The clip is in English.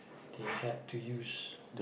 they had to use